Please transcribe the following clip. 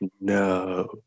no